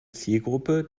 zielgruppe